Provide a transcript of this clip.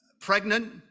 pregnant